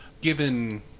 Given